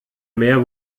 mehr